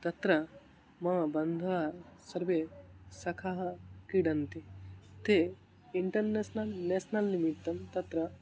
तत्र मम बन्धुः सर्वे सखः क्रीडन्ति ते इन्टर्नेस्नल् नेस्नल् निमित्तं तत्र